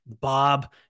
Bob